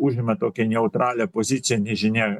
užima tokią neutralią poziciją nežinia